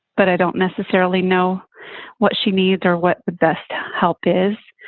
but i don't necessarily know what she needs or what the best help is.